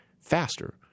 faster